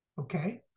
okay